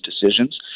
decisions